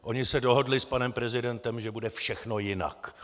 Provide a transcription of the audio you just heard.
Oni se dohodli s panem prezidentem, že bude všechno jinak.